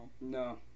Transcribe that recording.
No